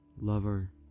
lover